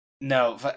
No